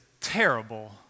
terrible